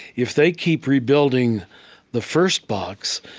if they keep rebuilding the first box,